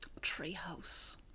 Treehouse